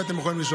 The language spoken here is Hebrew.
ואתה יכול לשאול.